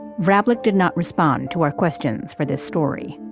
vrablic did not respond to our questions for this story.